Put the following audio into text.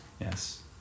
yes